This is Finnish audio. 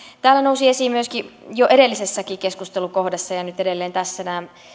täällä nousivat esiin myöskin jo edellisessäkin keskustelukohdassa ja ja nyt edelleen tässä